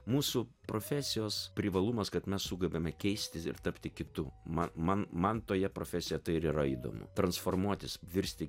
mūsų profesijos privalumas kad mes sugebame keistis ir tapti kitu man man man toje profesijoje tai ir yra įdomu transformuotis virsti